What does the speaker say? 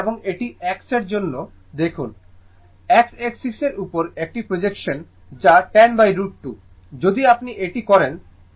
এটি এবং এটি x এর জন্য দেখুন সময় 3245 x এক্সিস এর উপর একটি প্রজেকশন যা 10√ 2 যদি আপনি এটি করেন